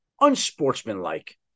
unsportsmanlike